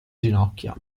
ginocchia